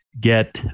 get